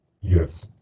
Yes